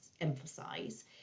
emphasize